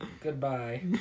Goodbye